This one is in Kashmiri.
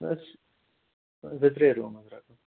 نہ حظ زٕ ترٛےٚ روٗم حظ رَٹَو